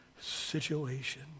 situation